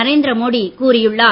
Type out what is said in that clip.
நரேந்திர மோடி கூறியுள்ளார்